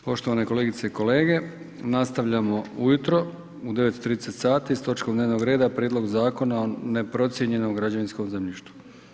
Poštovane kolegice i kolege nastavljamo ujutro, u 9 i 30 sati s točkom dnevnog reda Prijedlog Zakona o neprocijenjenom građevinskom zemljištu.